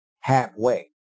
halfway